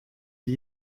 die